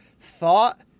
thought